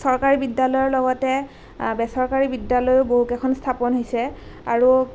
চৰকাৰী বিদ্যালয়ৰ লগতে বেচৰকাৰী বিদ্যালয়ো বহুকেইখন স্থাপন হৈছে আৰু